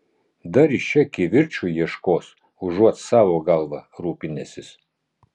dar jis čia kivirču ieškos užuot savo galva rūpinęsis